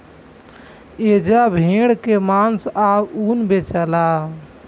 एजा भेड़ के मांस आ ऊन बेचाला